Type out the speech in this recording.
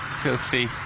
filthy